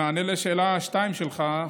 במענה על השאלה השנייה שלך,